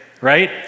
Right